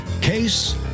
Case